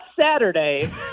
Saturday